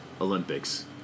Olympics